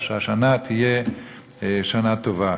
כך שהשנה תהיה שנה טובה.